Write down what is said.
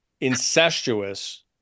incestuous